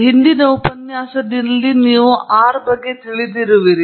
ಹಿಂದಿನ ಉಪನ್ಯಾಸದೊಂದಿಗೆ ಆರ್ ಬಗ್ಗೆ ತಿಳಿದಿರುವಿರಿ